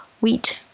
Wheat